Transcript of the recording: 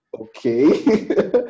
okay